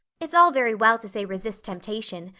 it's all very well to say resist temptation,